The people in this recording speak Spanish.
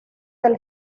del